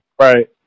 right